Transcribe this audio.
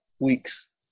weeks